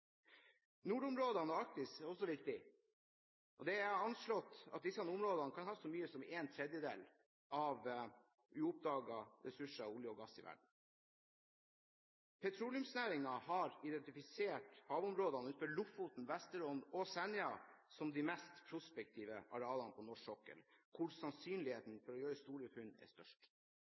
Nordområdene og Arktis er også viktige, og det er anslått at disse områdene kan ha så mye som en tredjedel av de uoppdagede ressursene av olje og gass i verden. Petroleumsnæringen har identifisert havområdene utenfor Lofoten, Vesterålen og Senja som de mest prospektive arealene på norsk sokkel – hvor sannsynligheten for å gjøre store funn er størst.